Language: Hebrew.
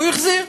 והוא החזיר.